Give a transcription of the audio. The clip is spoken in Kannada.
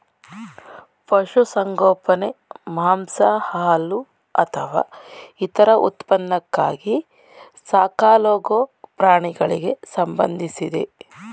ಪಶುಸಂಗೋಪನೆ ಮಾಂಸ ಹಾಲು ಅಥವಾ ಇತರ ಉತ್ಪನ್ನಕ್ಕಾಗಿ ಸಾಕಲಾಗೊ ಪ್ರಾಣಿಗಳಿಗೆ ಸಂಬಂಧಿಸಿದೆ